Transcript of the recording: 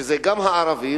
שזה גם הערבים,